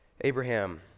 Abraham